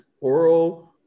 oral